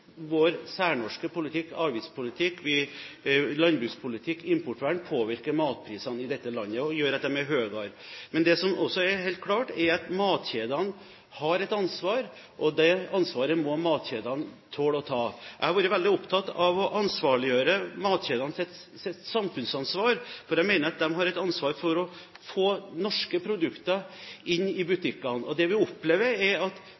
vår særnorske politikk – avgiftspolitikk, landbrukspolitikk, importvern – påvirker matprisene i dette landet og gjør at de blir høyere. Men det som også er helt klart, er at matvarekjedene har et ansvar, og det ansvaret må matvarekjedene tåle å ta. Jeg har vært veldig opptatt av å ansvarliggjøre matvarekjedenes samfunnsansvar, for jeg mener at de har et ansvar for å få norske produkter inn i butikkene. Det vi opplever, er at